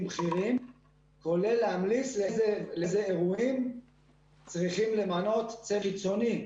בכירים כולל להמליץ לאיזה אירועים צריך למנות צוות חיצוני,